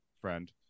friend